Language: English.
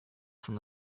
from